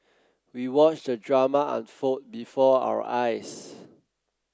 we watched the drama unfold before our eyes